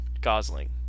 Gosling